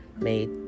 made